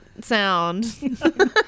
sound